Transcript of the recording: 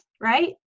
right